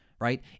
right